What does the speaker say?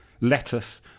lettuce